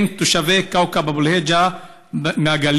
הם תושבי כווכב אבו אל-היג'א מהגליל,